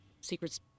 secrets